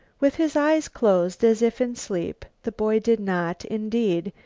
with his eyes closed as if in sleep, the boy did not, indeed,